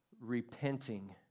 Repenting